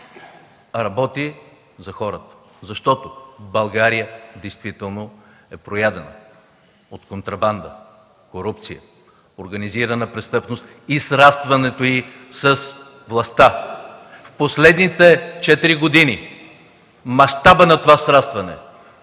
а работи за хората, защото България действително е проядена от контрабанда, корупция, организирана престъпност и срастването й с властта. В последните четири години мащабът на това срастване